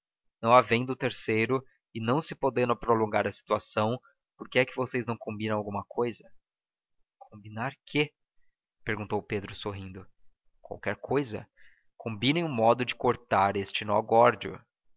rapaz não havendo terceiro e não se podendo prolongar a situação por que é que vocês não combinam alguma cousa combinar quê perguntou pedro sorrindo qualquer cousa combinem um modo de cortar este nó górdio